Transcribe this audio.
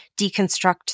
deconstruct